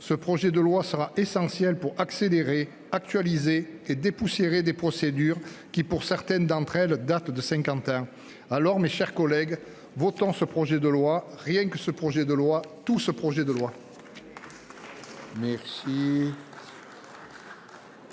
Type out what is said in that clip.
ce projet de loi sera essentiel pour accélérer, actualiser et dépoussiérer des procédures qui, pour certaines d'entre elles, datent de cinquante ans. Alors, mes chers collègues, votons ce projet de loi, rien que ce projet de loi, tout ce projet de loi